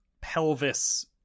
pelvis